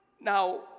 Now